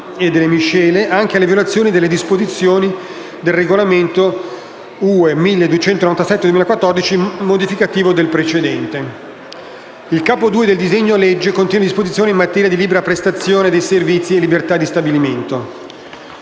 e delle miscele, anche alle violazioni delle disposizioni del regolamento (UE) n. 1297/2014, modificativo del precedente. Il capo II del disegno di legge contiene disposizioni in materia di libera prestazione dei servizi e libertà di stabilimento.